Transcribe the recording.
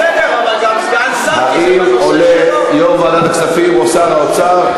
האם עולה יו"ר ועדת הכספים, או שר האוצר?